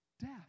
death